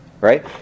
right